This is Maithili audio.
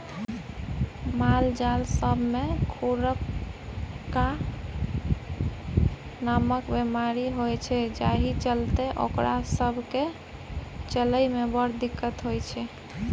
मालजाल सब मे खुरपका नामक बेमारी होइ छै जाहि चलते ओकरा सब केँ चलइ मे बड़ दिक्कत होइ छै